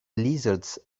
lizards